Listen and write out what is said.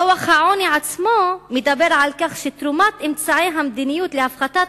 דוח העוני עצמו מדבר על כך שתרומת אמצעי המדיניות להפחתת